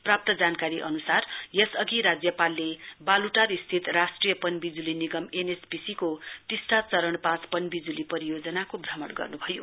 प्राप्त जानकारी अन्सार यसअघि राज्यपालले वालुटार स्थित राष्ट्रिय पन विजुली निगम एनएचपीसी को टिस्टा चरण पाँच पन विज्ली परियोजनाको भ्रमण गर्नुभयो